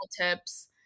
tips